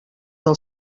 del